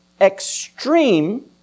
Extreme